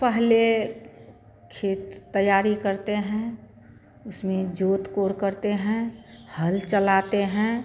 पहले खेत तैयारी करते हैं उसमें जोत कोर करते हैं हल चलाते हैं